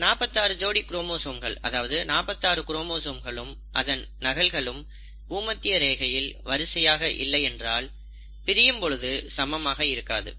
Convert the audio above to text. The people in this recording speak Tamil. இந்த 46 ஜோடி குரோமோசோம்கள் அதாவது 46 குரோமோசோம்களும் அதன் நகல்களும் பூமத்திய ரேகையில் வரிசையாக இல்லை என்றால் பிரியும் பொழுது சமமாக இருக்காது